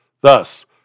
Thus